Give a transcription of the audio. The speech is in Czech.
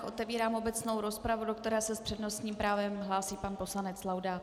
Otevírám obecnou rozpravu, do které se s přednostním právem hlásí pan poslanec Laudát.